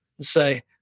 say